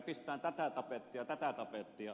pistetään tätä tapettia tätä tapettia